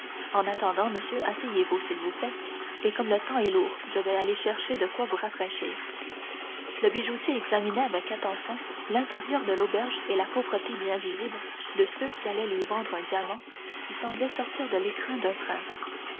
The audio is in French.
en attendant monsieur asseyez-vous s'il vous plaît et comme le temps est lourd je vais aller chercher de quoi vous rafraîchir le bijoutier examinait avec attention l'intérieur de l'auberge et la pauvreté bien visible de ceux qui allaient lui vendre un diamant qui semblait sortir de l'écrin d'un prince